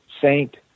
saint